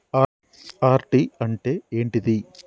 RD అంటే ఏంటిది?